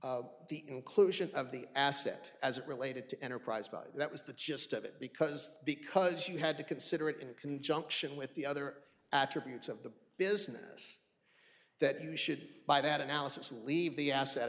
about the inclusion of the asset as it related to enterprise by that was the gist of it because because you had to consider it in conjunction with the other attributes of the business that you should by that analysis leave the asset